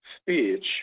speech